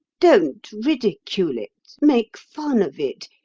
don't ridicule it make fun of it,